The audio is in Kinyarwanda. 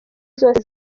zose